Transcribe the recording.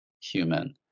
human